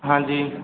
ਹਾਂਜੀ